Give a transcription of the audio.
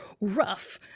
rough